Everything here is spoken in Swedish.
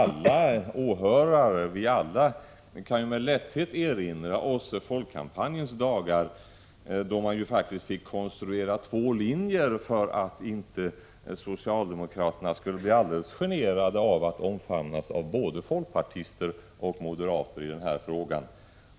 Vi kan alla med lätthet erinra oss folkomröstningens dagar, då man faktiskt fick konstruera två linjer för att inte socialdemokraterna skulle behöva bli alltför generade över att omfamnas av både folkpartister och moderater i den här frågan.